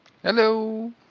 Hello